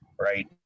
right